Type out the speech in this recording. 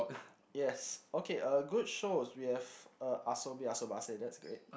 yes okay a good show was we have uh Asobi Asobase that's great